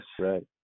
right